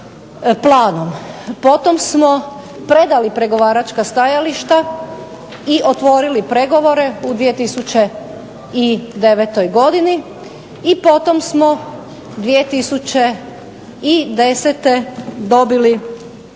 potom smo predali pregovaračka stajališta i otvorili pregovore u 2009. godini i potom smo 2010. dobili mjerila